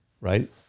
right